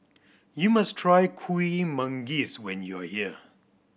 you must try Kuih Manggis when you are here